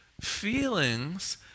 feelings